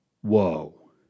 Whoa